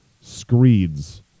screeds